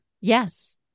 Yes